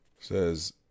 says